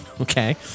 okay